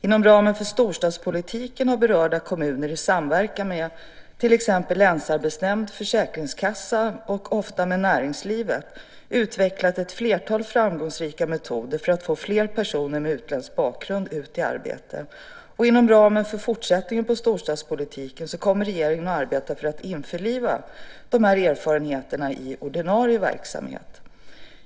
Inom ramen för storstadspolitiken har berörda kommuner i samverkan med till exempel länsarbetsnämnd och försäkringskassa och ofta med näringslivet utvecklat ett flertal framgångsrika metoder för att få fler personer med utländsk bakgrund ut i arbete. Inom ramen för fortsättningen på storstadspolitiken kommer regeringen att arbeta för att införliva erfarenheterna i ordinarie verksamhet.